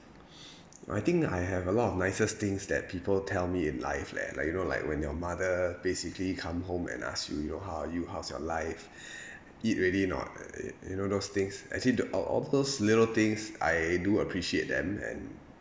oh I think I have a lot of nicest things that people tell me in life leh like you know like when your mother basically come home and ask you you know how are you how's your life eat already not uh uh you know those things actually the all those little things I do appreciate them and